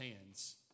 hands